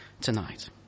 tonight